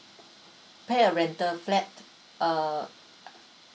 pay a rental flat uh